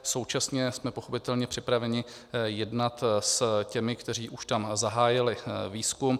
Současně jsme pochopitelně připraveni jednat s těmi, kteří už tam zahájili výzkum.